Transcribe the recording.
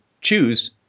choose